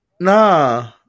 Nah